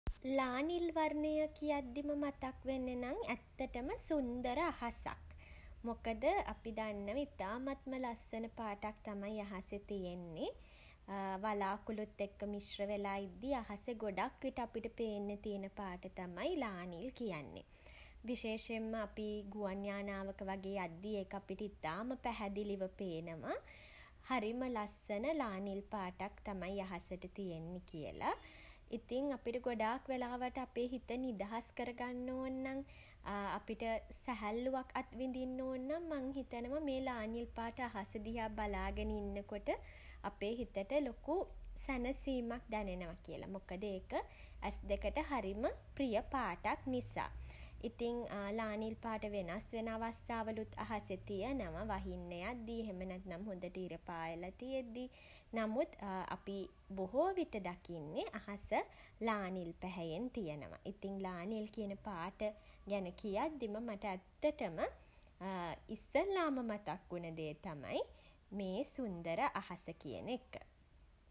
ලා නිල් වර්ණය කියද්දිම මතක් වෙන්නෙ නම් ඇත්තටම සුන්දර අහසක්. මොකද අපි දන්නව ඉතාමත්ම ලස්සන පාටක් තමයි අහසෙ තියෙන්නෙ. වලාකුළුත් එක්ක මිශ්‍ර වෙලා ඉද්දි අහසේ ගොඩක් විට අපිට පේන්න තියෙන පාට තමයි ලා නිල් කියන්නේ. විශේෂයෙන්ම අපි ගුවන් යානාවක වගේ යද්දි ඒක අපිට ඉතාම පැහැදිලිව පේනවා හරිම ලස්සන ලා නිල් පාටක් තමයි අහසට තියෙන්නේ කියල. ඉතින් අපිට ගොඩාක් වෙලාවට අපේ හිත නිදහස් කර ගන්න ඕන් නම් අපිට සැහැල්ලුවක් අත් විඳින්න ඕන් නම් මං හිතනවා මේ ලා නිල් පාට අහස දිහා බලාගෙන ඉන්නකොට අපේ හිතට ලොකු සැනසීමක් දැනෙනවා කියලා. මොකද ඒක ඇස් දෙකට හරිම ප්‍රිය පාටක් නිසා. ඉතින් ලා නිල් පාට වෙනස් වෙන අවස්ථාවලුත් අහසෙ තියනවා වහින්න යද්දි එහෙම නැත්නම් හොඳට ඉර පායලා තියෙද්දී නමුත් අපි බොහෝවිට දකින්නේ අහස ලා නිල් පැහැයෙන් තියෙනවා. ඉතින් ලා නිල් කියන පාට ගැන කියද්දිම මට ඇත්තටම ඉස්සෙල්ලාම මතක් වුණ දේ තමයි මේ සුන්දර අහස කියන එක.